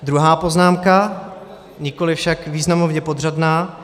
Druhá poznámka, nikoliv však významově podřadná.